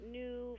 new